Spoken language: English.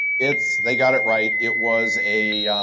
it's they got it right. it was a